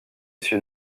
issue